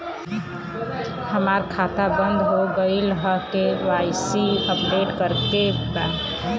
हमार खाता बंद हो गईल ह के.वाइ.सी अपडेट करे के बा?